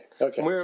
Okay